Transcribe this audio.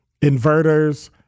inverters